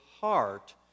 heart